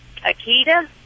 Akita